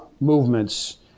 movements